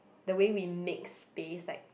the way we make space like